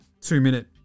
two-minute